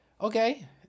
okay